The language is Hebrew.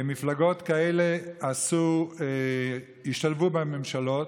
מפלגות כאלה השתלבו בממשלות